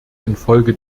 infolge